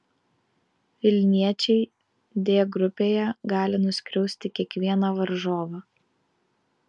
vilniečiai d grupėje gali nuskriausti kiekvieną varžovą